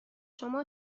شما